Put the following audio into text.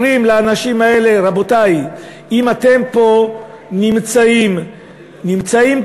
אומרים לאנשים האלה, רבותי, אם אתם נמצאים פה